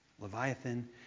Leviathan